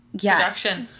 Yes